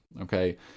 Okay